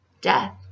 death